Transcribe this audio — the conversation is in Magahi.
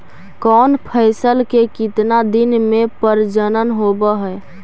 कौन फैसल के कितना दिन मे परजनन होब हय?